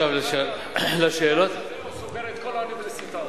סוגר את כל האוניברסיטאות.